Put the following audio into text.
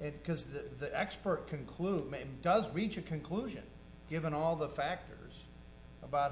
because the expert concluded does reach a conclusion given all the factors about